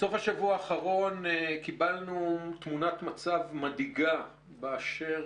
בסוף השבוע האחרון קיבלנו תמונת מצב מדאיגה באשר,